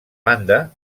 banda